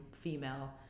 female